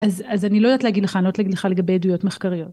אז, אז אני לא יודעת להגיד לך, אני לא יודעת להגיד לך לגבי עדויות מחקריות.